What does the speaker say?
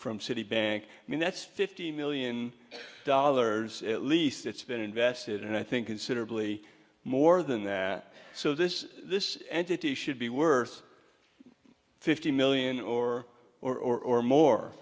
from citibank i mean that's fifty million dollars at least that's been invested and i think considerably more than that so this this entity should be worth fifty million or or mor